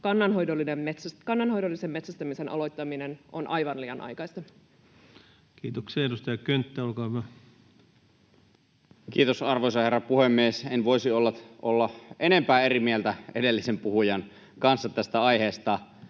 Kannanhoidollisen metsästämisen aloittaminen on aivan liian aikaista. Kiitoksia. — Ja edustaja Könttä, olkaa hyvä. Kiitos, arvoisa herra puhemies! En voisi olla enempää eri mieltä edellisen puhujan kanssa tästä aiheesta.